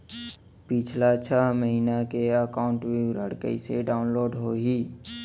पिछला छः महीना के एकाउंट विवरण कइसे डाऊनलोड होही?